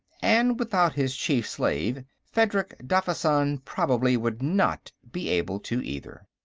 and without his chief-slave, fedrig daffysan probably would not be able to, either.